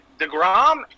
DeGrom